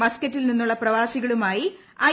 മസ്ക്കറ്റിൽ നിന്നുള്ള പ്രവാസികളുമായി ഐ